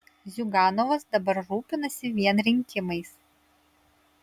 ziuganovas dabar rūpinasi vien rinkimais